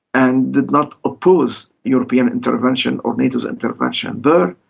and did not oppose european intervention or nato's intervention there,